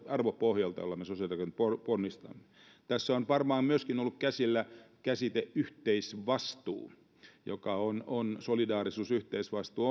arvopohjalta jolta me sosiaalidemokraatit ponnistamme tässä on varmaan myöskin ollut käsillä käsite yhteisvastuu joka on on solidaarisuus yhteisvastuu